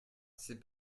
c’est